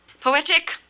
Poetic